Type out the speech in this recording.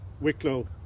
Wicklow